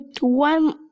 one